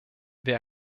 wir